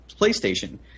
PlayStation